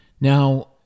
Now